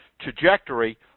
trajectory